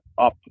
up